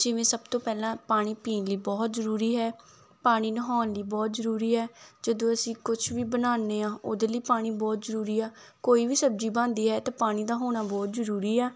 ਜਿਵੇਂ ਸਭ ਤੋਂ ਪਹਿਲਾਂ ਪਾਣੀ ਪੀਣ ਲਈ ਬਹੁਤ ਜ਼ਰੂਰੀ ਹੈ ਪਾਣੀ ਨਹਾਉਣ ਲਈ ਬਹੁਤ ਜ਼ਰੂਰੀ ਹੈ ਜਦੋਂ ਅਸੀਂ ਕੁਝ ਵੀ ਬਣਾਉਂਦੇ ਹਾਂ ਉਹਦੇ ਲਈ ਪਾਣੀ ਬਹੁਤ ਜ਼ਰੂਰੀ ਆ ਕੋਈ ਵੀ ਸਬਜ਼ੀ ਬਣਦੀ ਹੈ ਤਾਂ ਪਾਣੀ ਦਾ ਹੋਣਾ ਬਹੁਤ ਜ਼ਰੂਰੀ ਆ